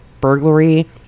burglary